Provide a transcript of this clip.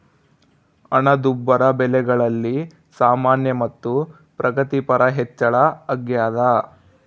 ಹಣದುಬ್ಬರ ಬೆಲೆಗಳಲ್ಲಿ ಸಾಮಾನ್ಯ ಮತ್ತು ಪ್ರಗತಿಪರ ಹೆಚ್ಚಳ ಅಗ್ಯಾದ